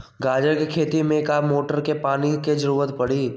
गाजर के खेती में का मोटर के पानी के ज़रूरत परी?